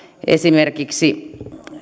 esimerkiksi